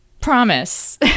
promise